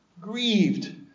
grieved